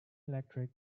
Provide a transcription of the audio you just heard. electric